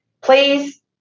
please